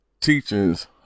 teachings